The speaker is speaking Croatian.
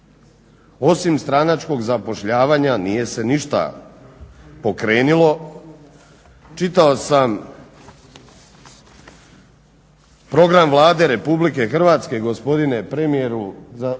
Osim stranačkom zapošljavanja nije se ništa pokrenulo. Čitao sam program Vlade Republike Hrvatske, gospodine premijeru,